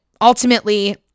ultimately